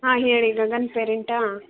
ಹಾಂ ಹೇಳಿ ಗಗನ್ ಪೇರೆಂಟಾ